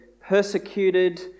persecuted